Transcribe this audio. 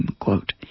quote